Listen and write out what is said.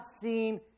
seen